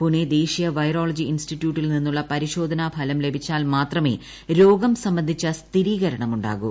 പൂനെ ദേശീയ വൈറോളജി ഇൻസ്റ്റിറ്റ്യൂട്ടിൽ നിന്നുള്ള പരിശോധനാഫലം ലഭിച്ചാൽ മാത്രമേ രോഗം സംബന്ധിച്ച സ്ഥിരീകരണം ഉണ്ടാകൂ